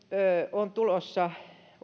on tulossa